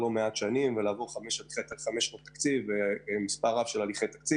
החל משנת 2015